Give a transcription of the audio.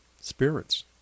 spirits